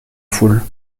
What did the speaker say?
foule